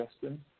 Justin